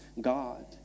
God